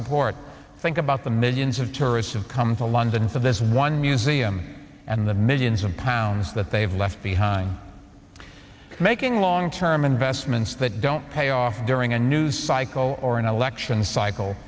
support think about the millions of tourists have come to london so there's one museum and the millions of pounds that they've left behind making long term investments that don't pay off during a news cycle or an election cycle